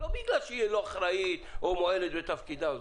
לא בגלל שהיא לא אחראית או מועלת בתפקידה.